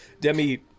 Demi